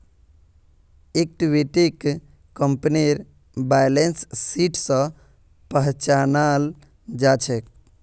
इक्विटीक कंपनीर balance sheet स पहचानाल जा छेक